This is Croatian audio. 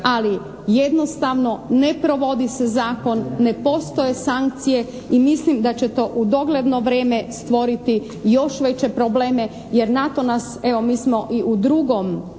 ali jednostavno ne provodi se zakon, ne postoje sankcije i mislim da će to u dogledno vrijeme stvoriti još veće probleme jer na to nas, evo mi smo i u drugom